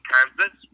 Kansas